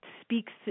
speaks